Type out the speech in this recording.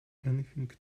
anything